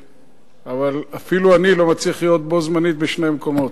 אבל אפילו אני לא מצליח להיות בו-זמנית בשני מקומות.